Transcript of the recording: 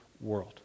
world